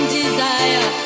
desire